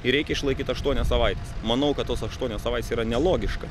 ir reikia išlaikyt aštuonias savaites manau kad tos aštuonios savaitės yra nelogiška